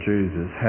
Jesus